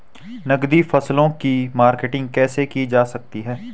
नकदी फसलों की मार्केटिंग कैसे की जा सकती है?